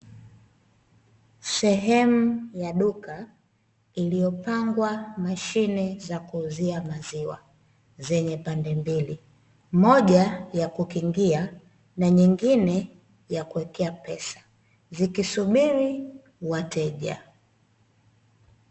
Sehemu ya duka iliyopangwa mashine za kuuzia maziwa zenye pande mbili, moja ya kukingia na nyingine ya kuwekea pesa, zikisubiri wateja.